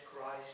Christ